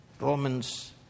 Romans